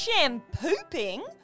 Shampooing